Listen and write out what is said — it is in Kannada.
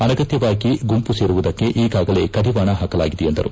ಅನಗತ್ತವಾಗಿ ಗುಂಪು ಸೇರುವುದಕ್ಕೆ ಈಗಾಗಲೇ ಕಡಿವಾಣ ಹಾಕಲಾಗಿದೆ ಎಂದರು